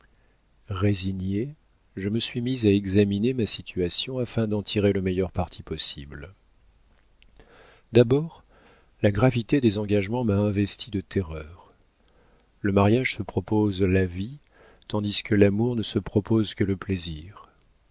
résignée je me suis mise à examiner ma situation afin d'en tirer le meilleur parti possible d'abord la gravité des engagements m'a investie de terreur le mariage se propose la vie tandis que l'amour ne se propose que le plaisir